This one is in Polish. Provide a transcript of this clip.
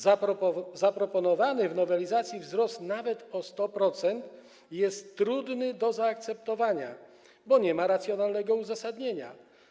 Zaproponowany w nowelizacji wzrost nawet o 100% jest trudny do zaakceptowania, bo nie ma racjonalnego uzasadnienia.